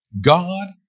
God